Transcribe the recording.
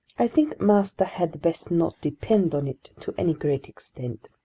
i think master had best not depend on it to any great extent!